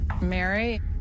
Mary